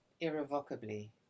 irrevocably